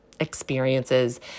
experiences